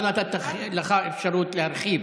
לא נתתי לך אפשרות להרחיב.